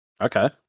Okay